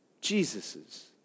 Jesus's